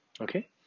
okay